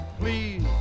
please